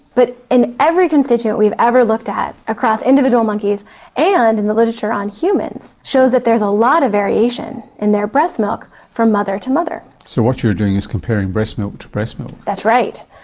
but in every constituent we've ever looked at across individual monkeys and in the literature on humans shows that there is a lot of variation in their breast milk from mother to mother. so what you're doing is comparing breast milk to breast milk. that's right,